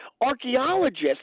archaeologists